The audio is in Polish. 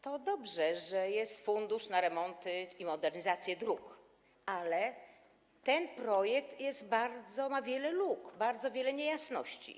To dobrze, że jest fundusz na remonty i modernizacje dróg, ale ten projekt ma wiele luk, bardzo wiele niejasności.